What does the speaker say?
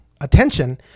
attention